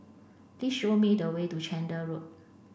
please show me the way to Chander Road